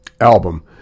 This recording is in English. album